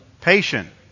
Patient